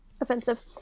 offensive